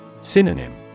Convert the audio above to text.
Synonym